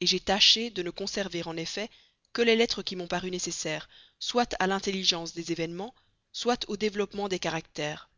inutile j'ai tâché de ne conserver en effet que les lettres qui m'ont paru nécessaires soit à l'intelligence des événements soit au développement des caractères